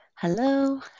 Hello